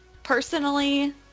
personally